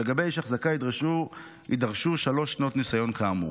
לגבי איש אחזקה יידרשו שלוש שנות ניסיון כאמור.